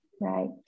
Right